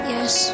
Yes